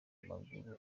maguru